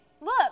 Look